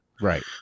right